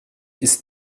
ist